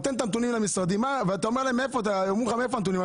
נותן את הנתונים למשרדים והם שואלים אותך מאיפה הנתונים?